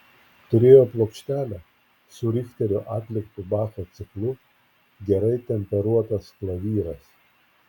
turėjo plokštelę su richterio atliktu bacho ciklu gerai temperuotas klavyras